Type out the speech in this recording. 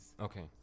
Okay